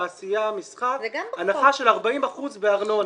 תעשייה ומסחר, הנחה של 40 אחוזים בארנונה.